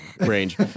range